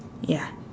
ya